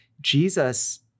Jesus